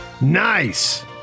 Nice